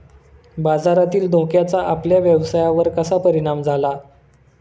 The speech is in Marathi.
बाजारातील धोक्याचा आपल्या व्यवसायावर कसा परिणाम झाला?